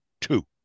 two